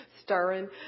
stirring